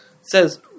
says